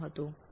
6 હતું